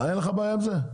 אין לך בעיה עם זה?